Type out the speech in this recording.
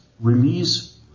release